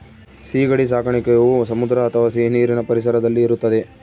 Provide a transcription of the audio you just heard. ಸೀಗಡಿ ಸಾಕಣೆಯು ಸಮುದ್ರ ಅಥವಾ ಸಿಹಿನೀರಿನ ಪರಿಸರದಲ್ಲಿ ಇರುತ್ತದೆ